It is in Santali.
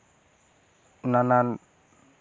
ᱱᱟᱱᱟᱱ